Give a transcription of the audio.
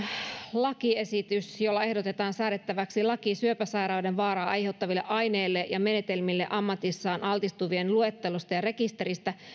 lakiesitys jolla ehdotetaan säädettäväksi laki syöpäsairauden vaaraa aiheuttaville aineille ja menetelmille ammatissaan altistuvien luettelosta ja rekisteristä